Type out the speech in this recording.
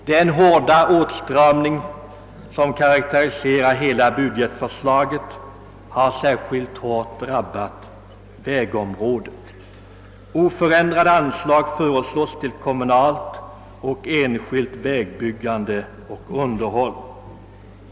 Den hårda åtstramning som karakteriserar hela budgetförslaget har särskilt hårt drabbat vägområdet. Oförändrade anslag föreslås till kommunalt och enskilt vägbyggande och vägunderhåll.